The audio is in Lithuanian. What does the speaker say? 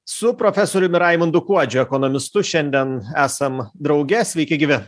su profesoriumi raimundu kuodžiu ekonomistu šiandien esam drauge sveiki gyvi